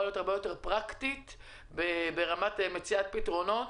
להיות הרבה יותר פרקטית במציאת פתרונות.